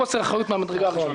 חוסר אחריות מהמדרגה הראשונה